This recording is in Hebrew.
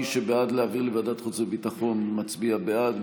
מי שבעד להעביר לוועדת חוץ וביטחון מצביע בעד,